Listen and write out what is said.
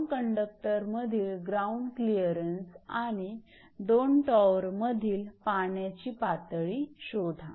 2 कंडक्टरमधील ground clearance आणि दोन टॉवरमधील पाण्याची पातळी शोधा